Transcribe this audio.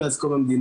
מאז קום המדינה.